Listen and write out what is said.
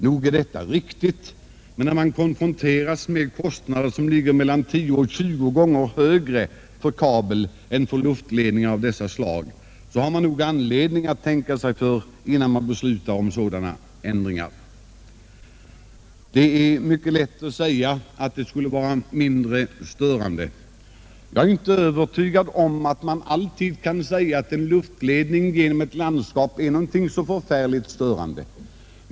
Nog är detta riktigt, men när vi konfronteras med kostnader som ligger mellan 10 och 20 gånger högre för kabel än för luftledning av dessa slag, finns det nog anledning att tänka sig för, innan vi beslutar om sådana ändringar. Det är mycket lätt att säga att en kabel skulle vara mindre störande. Jag är inte övertygad om att det alltid kan sägas att en luftledning genom ett landskap är någonting så förfärligt störande.